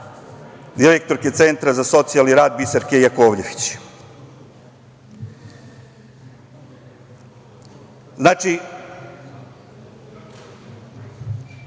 direktorke Centra za socijalni rad, Biserke Jakovljević. Znači,